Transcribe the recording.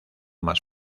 más